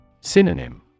Synonym